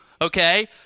okay